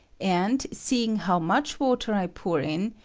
and, seeing how much water i pour in,